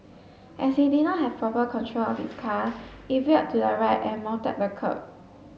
as he did not have proper control of his car it veered to the right and mounted the kerb